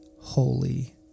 holy